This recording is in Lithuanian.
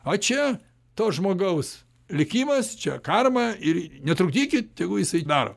o čia to žmogaus likimas čia karma ir netrukdykit tegu jisai daro